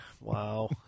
Wow